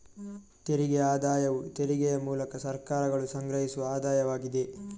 ತೆರಿಗೆ ಆದಾಯವು ತೆರಿಗೆಯ ಮೂಲಕ ಸರ್ಕಾರಗಳು ಸಂಗ್ರಹಿಸುವ ಆದಾಯವಾಗಿದೆ